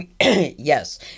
Yes